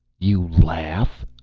you laugh?